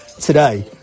today